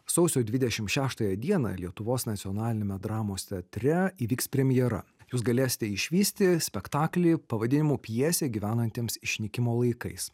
sausio dvidešim šeštąją dieną lietuvos nacionaliniame dramos teatre įvyks premjera jūs galėsite išvysti spektaklį pavadinimu pjesė gyvenantiems išnykimo laikais